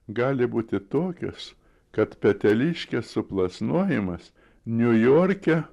gali būti tokios kad peteliškės suplasnojimas niujorke